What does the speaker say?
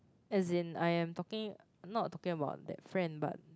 as in I am talking not talking about that friend but